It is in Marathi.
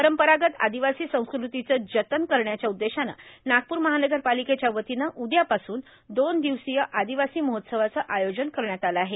परंपरागत आदिवासी संस्कृतीचे जतन करण्याच्या उद्देशानं नागपूर महानगरपालिकेच्या वतीनं उदया पासून दोन दिवसीय आदिवासी महोत्सवाचं आयोजन करण्यात आलं आहे